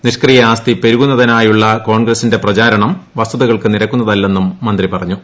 നിഷ്ക്രിയ ആസ്തി പെരുകുന്നതായുള്ള കോൺഗ്രസിന്റെ പ്രചരണം വസ്തുതകൾക്ക് നിരക്കുന്നതല്ലെന്നും മന്ത്രി പറഞ്ഞു